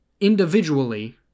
Individually